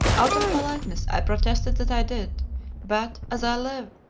out of politeness i protested that i did but, as i live,